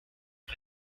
que